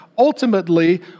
Ultimately